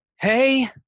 Hey